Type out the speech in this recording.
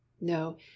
No